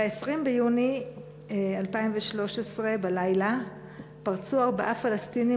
ב-20 ביוני 2013 בלילה פרצו ארבעה פלסטינים